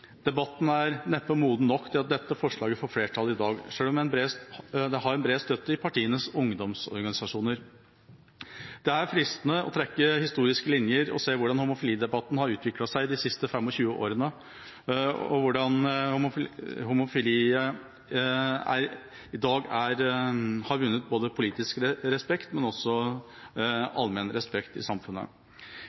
Debatten er neppe moden nok til at dette forslaget får flertall i dag, selv om det har bred støtte i partienes ungdomsorganisasjoner. Det er fristende å trekke historiske linjer og se hvordan homofilidebatten har utviklet seg de siste 25 åra, og hvordan homofili i dag har vunnet både politisk respekt og også allmenn respekt i samfunnet.